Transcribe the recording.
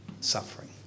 suffering